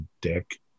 dick